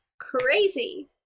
crazy